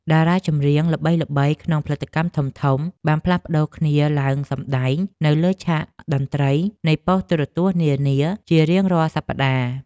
តារាចម្រៀងល្បីៗក្នុងផលិតកម្មធំៗបានផ្លាស់ប្តូរគ្នាឡើងសម្តែងនៅលើឆាកតន្ត្រីនៃប៉ុស្តិ៍ទូរទស្សន៍នានាជារៀងរាល់សប្តាហ៍។